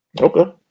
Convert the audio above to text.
Okay